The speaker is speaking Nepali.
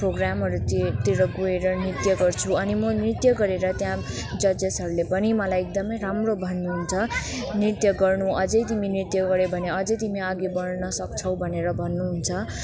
प्रोग्रामहरू ति तिर गएर नृत्य गर्छु अनि म नृत्य गरेर त्यहाँ जजेसहरूले पनि मलाई एकदमै राम्रो भन्नुहुन्छ नृत्य गर्नु अझै तिमी नृत्य गऱ्यो भने अझै तिमी आगे बड्न सक्छौ भनेर भन्नुहुन्छ